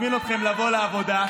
אני מזמין אתכם לבוא לעבודה.